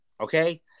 okay